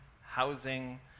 housing